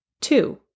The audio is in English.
two